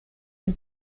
dem